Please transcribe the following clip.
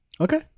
Okay